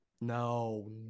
No